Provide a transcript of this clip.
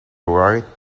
right